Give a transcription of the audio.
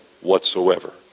whatsoever